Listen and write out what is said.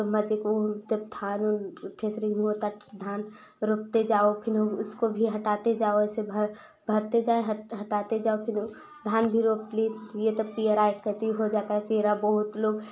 तो मैजिक वो तब थानुम थ्रेशरिंग हुआ ताकि धान रोपते जाओ फिन हम उसको भी हटाते जाओ वैसे भरते जाए हटाते जाओ फिन धान भी रोप लिए लिए तब पीहराये कति हो जाता है फिर बहुत लोग